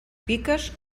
piques